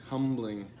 Humbling